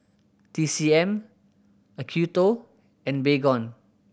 T C M Acuto and Baygon